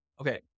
Okay